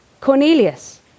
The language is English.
Cornelius